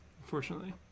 unfortunately